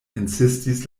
insistis